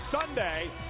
Sunday